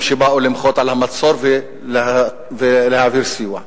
שבאו למחות על המצור ולהעביר סיוע.